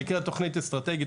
היא נקראת תוכנית אסטרטגית,